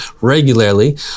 regularly